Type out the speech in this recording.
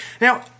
Now